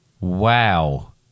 Wow